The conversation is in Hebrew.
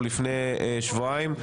או לפני שבועיים.